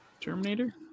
Terminator